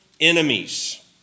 enemies